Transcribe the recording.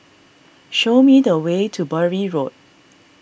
show me the way to Bury Road